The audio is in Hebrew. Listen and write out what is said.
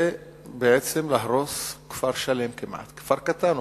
בעצם, זה להרוס כפר שלם, אומנם כפר קטן.